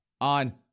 on